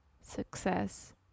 success